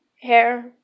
hair